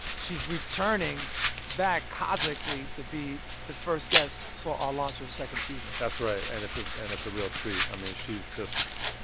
she's returning back, cosmically, to be the first guest for our launch of the second season that's right. and it's ah and it's a real treat. i mean, she's just,